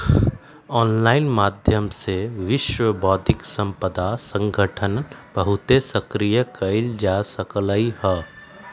online माध्यम से विश्व बौद्धिक संपदा संगठन बहुते सक्रिय कएल जा सकलई ह